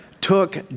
took